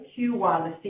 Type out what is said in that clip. Q1